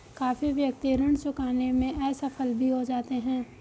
काफी व्यक्ति ऋण चुकाने में असफल भी हो जाते हैं